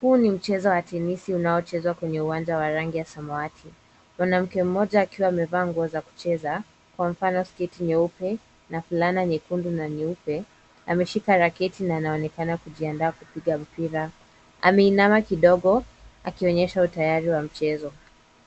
Huu ni mchezo wa tenisi unaochezwa kwenye uwanja wa rangi ya samawati. Mwanamke mmoja akiwa amevaa nguo za kucheza, kwa mfano sketi nyeupe na fulana nyekundu na nyeupe, ameshika raketi na anaonekana kujiandaa kupiga mpira. Ameinama kidogo, akionyesha utayari wa mchezo.